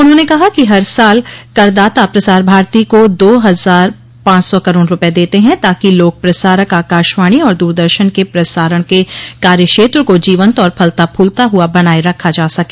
उन्होंने कहा कि हर साल करदाता प्रसार भारती को दो हजार पांच सौ करोड़ रुपए देते हैं ताकि लोक प्रसारक आकाशवाणी और द्रदर्शन के प्रसारण के कार्यक्षेत्र को जीवंत और फलता फूलता हुआ बनाए रखा जा सके